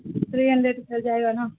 three hundred پڑ جائے گا نا